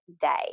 day